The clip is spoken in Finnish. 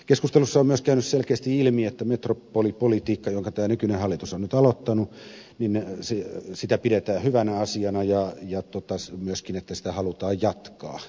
keskustelussa on myös käynyt selkeästi ilmi että metropolipolitiikkaa jonka tämä nykyinen hallitus on nyt aloittanut pidetään hyvänä asiana ja myöskin että sitä halutaan jatkaa